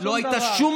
לא הייתה שום